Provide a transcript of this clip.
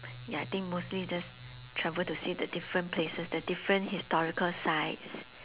ya I think mostly just travel to see the different places the different historical sites